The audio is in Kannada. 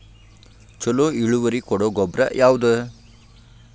ಛಲೋ ಇಳುವರಿ ಕೊಡೊ ಗೊಬ್ಬರ ಯಾವ್ದ್?